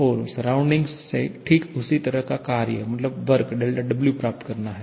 और आसपास से ठीक उसी तरह का कार्य प्राप्त करता है